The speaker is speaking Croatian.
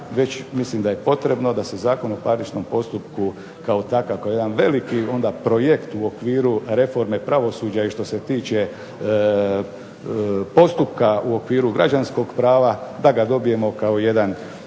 već mislim da je potrebno da se Zakon o parničnom postupku kao takav, kao jedan veliki projekt u okviru reforme pravosuđa i što se tiče postupka u okviru građanskog prava da ga dobijemo kao jedan